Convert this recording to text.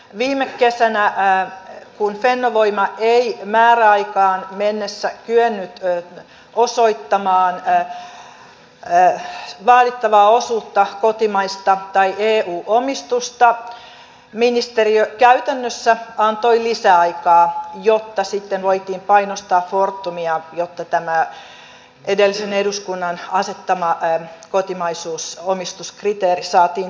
viime kesänä kun fennovoima ei määräaikaan mennessä kyennyt osoittamaan vaadittavaa osuutta kotimaista tai eu omistusta ministeriö käytännössä antoi lisäaikaa jotta sitten voitiin painostaa fortumia jotta tämä edellisen eduskunnan asettama kotimaisuusomistuskriteeri saatiin täyteen